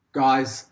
guys